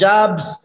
Jobs